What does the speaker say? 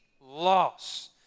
loss